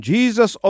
Jesus